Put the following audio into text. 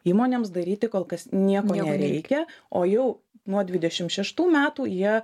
įmonėms daryti kol kas nieko nereikia o jau nuo dvidešimt šeštų metų jie